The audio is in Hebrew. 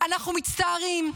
אנחנו מצטערים,